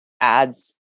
ads